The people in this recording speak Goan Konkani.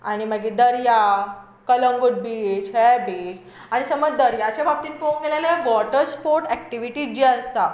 आनी मागीर दर्या कलंगूट बीच हेर बीच आनी समज दर्याचे बाबतींत पळोवूंक गेलें जाल्यार वोटर स्पोर्ट एक्टिव्हीटीज जी आसता